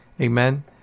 Amen